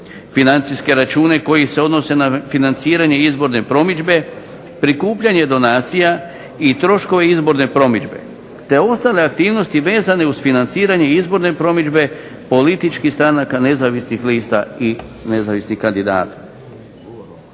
Financijske račune koji se odnose na financiranje izborne promidžbe, prikupljanje donacija i troškove izborne promidžbe, te ostale aktivnosti vezane uz financiranje izborne promidžbe političkih stranka, nezavisnih lista i nezavisnih kandidata.